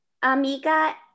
amiga